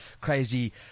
crazy